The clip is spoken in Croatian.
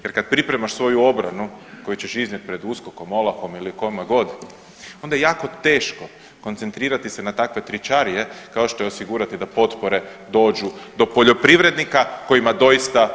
Jer kad pripremaš svoju obranu koju ćeš iznijeti pred USKOK-om, OLAF-om ili kome god onda je jako teško koncentrirati se na ovakve tričarije kao što je osigurati da potpore dođu do poljoprivrednika kojima doista trebaju.